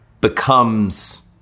becomes